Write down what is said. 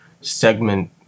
segment